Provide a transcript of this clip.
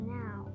now